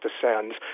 descends